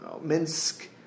Minsk